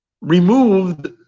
removed